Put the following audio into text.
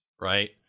right